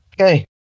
Okay